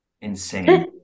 Insane